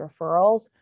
referrals